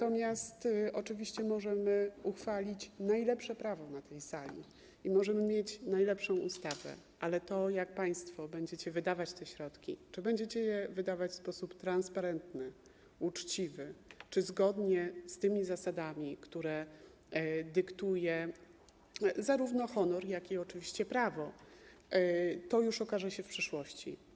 Oczywiście możemy uchwalić najlepsze prawo na tej sali i możemy mieć najlepszą ustawę, ale to, jak państwo będziecie wydawać te środki, czy będziecie je wydawać w sposób transparentny, uczciwy, zgodnie z tymi zasadami, które dyktuje zarówno honor, jak i oczywiście prawo, to już okaże się w przyszłości.